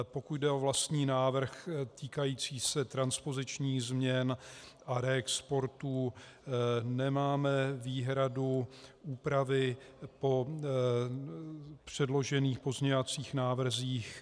Pokud jde o vlastní návrh týkající se transpoziční změn a reexportů, nemáme výhradu úpravy po předložených pozměňovacích návrzích.